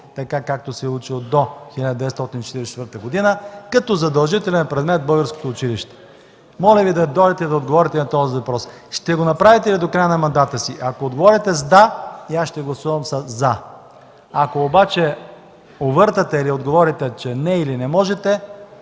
така както се е учил до 1944 г., като задължителен предмет в българското училище? Моля Ви да дойдете и да отговорите на този въпрос: ще го направите ли до края на мандата си? Ако отговорите с „да” и аз ще гласувам „за”. Ако обаче увъртате или отговорите, че – „не”, или не можете,